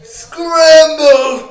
scramble